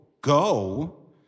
go